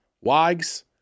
Wags